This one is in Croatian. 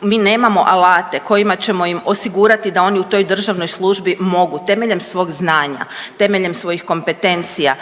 Mi nemamo alate kojima ćemo im osigurati da oni u toj državnoj službi mogu temeljem svog znanja, temeljem svojih kompetencija